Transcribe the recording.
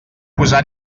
posar